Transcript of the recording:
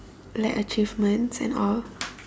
like achievements and all